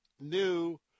new